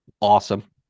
awesome